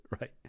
right